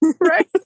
Right